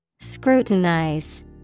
Scrutinize